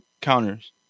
counters